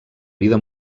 vida